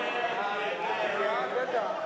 הצעת סיעת קדימה